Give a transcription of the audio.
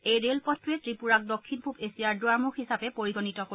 এই ৰেল পথটোৱে ত্ৰিপুৰাক দক্ষিণ পূব এছিয়াৰ দুৱাৰমুখ হিচাপে পৰিগণিত কৰিব